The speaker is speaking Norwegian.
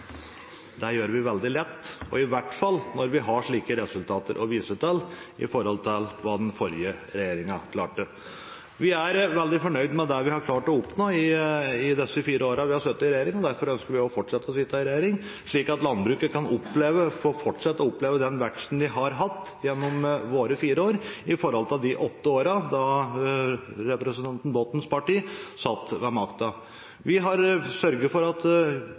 Det gjør vi veldig lett, i hvert fall når vi har slike resultater å vise til, i forhold til hva den forrige regjeringen hadde. Vi er veldig fornøyd med det vi har klart å oppnå i disse fire årene vi har sittet i regjering, og derfor ønsker vi å fortsette å sitte i regjering, slik at landbruket kan fortsette å oppleve den veksten de har hatt gjennom disse fire årene i forhold til de åtte årene da representanten Bottens parti satt med makten. Vi har sørget for at